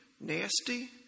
nasty